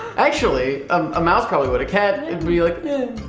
actually, um a mouse probably would. a cat would be like, meh.